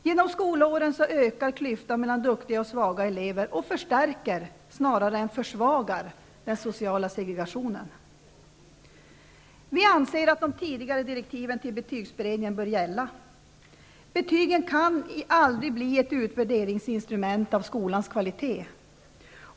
Genom skolåren ökar klyftan mellan duktiga och svaga elever och förstärker snarare än försvagar den sociala segregationen.'' Vi anser att de tidigare direktiven till betygsberedningen bör gälla. Betygen kan aldrig bli ett instrument för utvärderingen av skolans kvalitet.